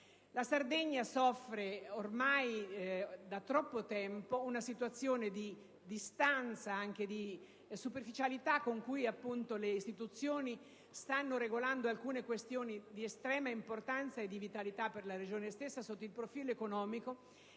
La Sardegna soffre ormai da troppo tempo per una situazione di distanza e superficialità con cui le istituzioni stanno regolando alcune questioni di estrema importanza e vitalità per la Regione stessa sotto il profilo economico